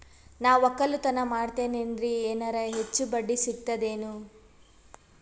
ನಾ ಒಕ್ಕಲತನ ಮಾಡತೆನ್ರಿ ಎನೆರ ಹೆಚ್ಚ ಬಡ್ಡಿ ಸಿಗತದೇನು?